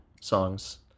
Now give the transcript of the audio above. songs